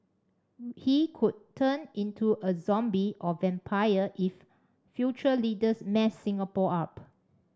he could turn into a zombie or vampire if future leaders mess Singapore up